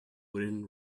wooden